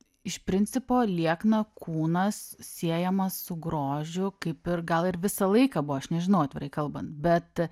iš principo liekną kūnas siejamas su grožiu kaip ir gal ir visą laiką buvo aš nežinau atvirai kalbant bet